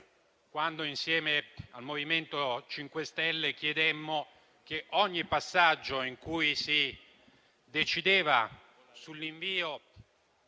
quando, insieme al MoVimento 5 Stelle, chiedemmo che in ogni passaggio in cui si decideva sull'invio